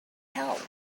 help